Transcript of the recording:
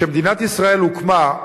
כשמדינת ישראל הוקמה,